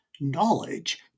knowledge